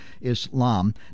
Islam